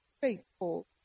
faithful